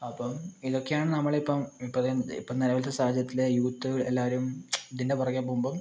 അപ്പം ഇതൊക്കെയാണ് നമ്മളെ ഇപ്പം ഇപ്പോഴത്തെ ഇപ്പം നിലവിലത്തെ സാഹചര്യത്തിൽ യൂത്ത് എല്ലാവരും ഇതിൻ്റെ പുറകെ പോവുമ്പം